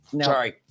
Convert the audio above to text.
Sorry